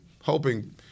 hoping